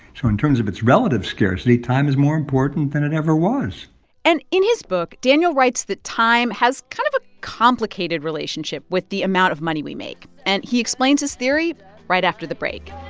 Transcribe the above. so in terms of its relative scarcity, time is more important than it ever was and in his book, daniel writes that time has kind of a complicated relationship with the amount of money we make. and he explains his theory right after the break